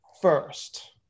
first